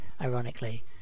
ironically